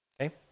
Okay